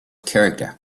character